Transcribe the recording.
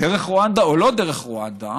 דרך רואנדה או לא דרך רואנדה,